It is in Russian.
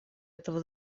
этого